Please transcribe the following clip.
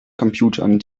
computern